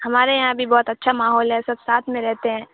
ہمارے یہاں بھی بہت اچھا ماحول ہے سب ساتھ میں رہتے ہیں